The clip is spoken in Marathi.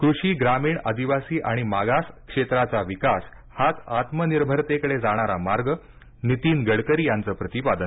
कृषी ग्रामीण आदिवासी आणि मागास क्षेत्राचा विकास हाच आत्मनिर्भरतेकडे जाणारा मार्ग नीतीन गडकरी यांचं प्रतिपादन